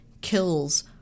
kills